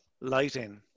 lighting